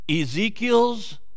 Ezekiel's